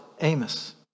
Amos